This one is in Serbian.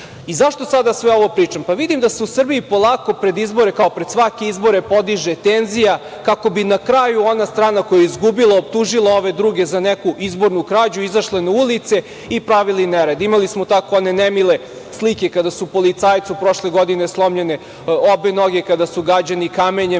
više.Zašto sada sve ovo pričam? Pa, vidim da se u Srbiji polako pred izbore, kao i pred svake izbore, podiže tenzija kako bi na kraju ona strana koja je izgubila optužila ove druge za neku izbornu krađu i izašle na ulice i pravili nered. Imali smo takve one nemile slike kada su policajcu prošle godine slomljene obe noge, kada su gađani kamenjem